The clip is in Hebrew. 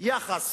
יחס